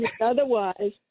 otherwise